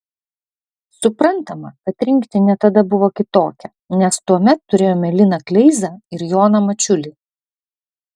suprantama kad rinktinė tada buvo kitokia nes tuomet turėjome liną kleizą ir joną mačiulį